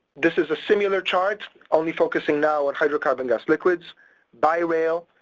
this is a similar chart only focusing now on hydrocarbon gas liquids by rail,